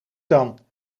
dan